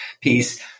piece